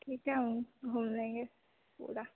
ठीक है घूम लेंगे पूरा